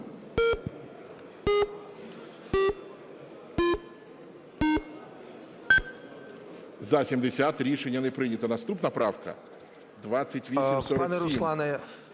За-70 Рішення не прийнято. Наступна правка 2847.